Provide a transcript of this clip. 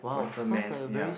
muscle mass ya